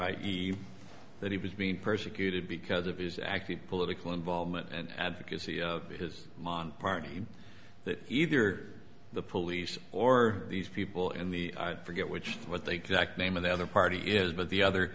i e that he was being persecuted because of his active political involvement and advocacy of his party that either the police or these people in the i forget which what they got name of the other party is but the other